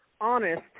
honest